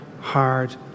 hard